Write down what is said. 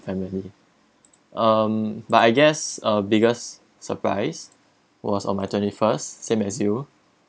family um but I guess a biggest surprise was on my twenty first same as you